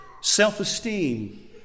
Self-Esteem